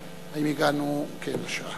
היום יום שני, י"א בסיוון